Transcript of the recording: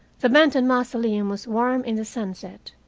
the benton mausoleum was warm in the sunset,